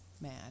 mad